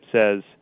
says